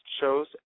shows